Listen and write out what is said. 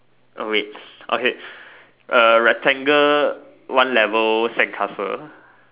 oh wait okay uh rectangle one level sandcastle